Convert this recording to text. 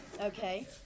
Okay